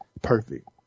Perfect